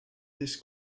this